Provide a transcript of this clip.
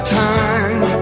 time